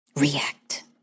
React